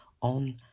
on